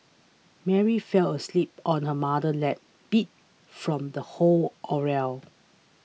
Mary fell asleep on her mother's lap beat from the whole ordeal